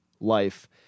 life